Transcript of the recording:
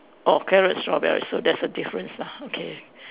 or carrots strawberries so there's a difference lah okay